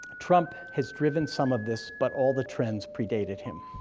trump has driven some of this, but all the trends pre-dated him.